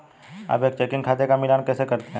आप एक चेकिंग खाते का मिलान कैसे करते हैं?